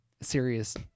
serious